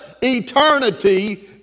eternity